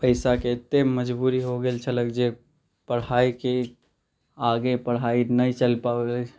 पैसाके एतेक मजबूरी हो गेल छलक जे पढ़ाइ की आगे पढ़ाइ नहि चलि पयलै